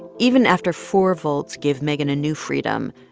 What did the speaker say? even after four volts gave megan a new freedom,